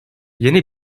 yeni